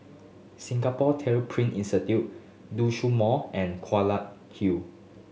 Singapore Tyler Print Institute Mall and Hill